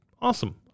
Awesome